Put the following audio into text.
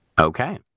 okay